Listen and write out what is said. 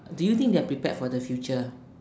do you think they are prepared for the future